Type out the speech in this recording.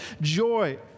joy